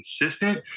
consistent